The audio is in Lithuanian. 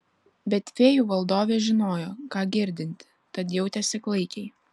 bet fėjų valdovė žinojo ką girdinti tad jautėsi klaikiai